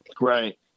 Right